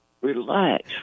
Relax